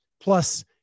plus